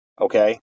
Okay